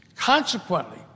Consequently